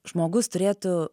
žmogus turėtų